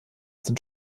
sind